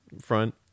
front